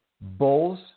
bulls